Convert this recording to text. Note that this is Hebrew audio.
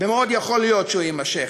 ומאוד יכול להיות שהוא יימשך.